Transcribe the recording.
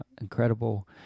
incredible